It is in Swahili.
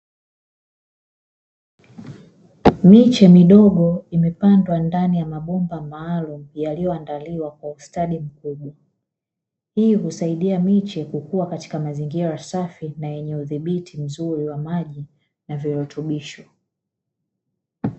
Miche midogo imepandwa ndani ya mabomba maalumu yaliyoandaliwa kwa ustadi mkubwa, hii husaidia miche kukua katika mazingira safi na yenye udhibiti mzuri wa maji na virutubisho.